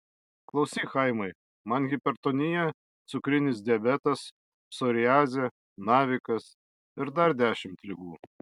klausyk chaimai man hipertonija cukrinis diabetas psoriazė navikas ir dar dešimt ligų